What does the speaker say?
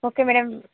okay madam